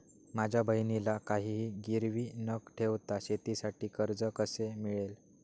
माझ्या बहिणीला काहिही गिरवी न ठेवता शेतीसाठी कर्ज कसे मिळेल?